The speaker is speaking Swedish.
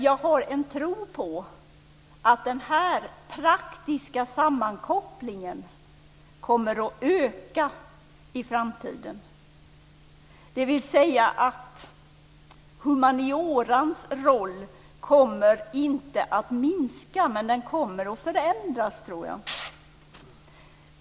Jag har en tro på att den här praktiska sammankopplingen kommer att öka i framtiden, dvs. att humaniorans roll inte kommer att minska, men den kommer att förändras.